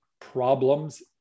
problems